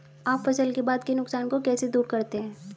आप फसल के बाद के नुकसान को कैसे दूर करते हैं?